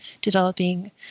developing